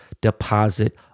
deposit